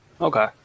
Okay